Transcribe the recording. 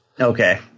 Okay